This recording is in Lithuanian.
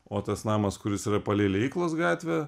o tas namas kuris yra palei liejyklos gatvę